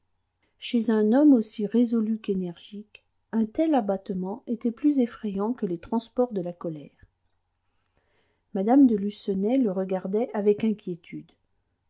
chez un homme aussi résolu qu'énergique un tel abattement était plus effrayant que les transports de la colère mme de lucenay le regardait avec inquiétude